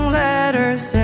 letters